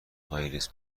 آیرس